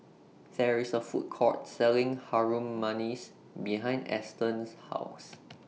There IS A Food Court Selling Harum Manis behind Eston's House